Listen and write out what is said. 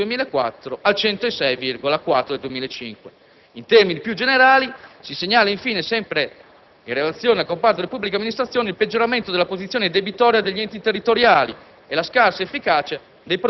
cento del 2004 al 106,4 nel 2005. In termini più generali, si segnala, infine, sempre in relazione al comparto delle pubbliche amministrazioni, il peggioramento della posizione debitoria degli enti territoriali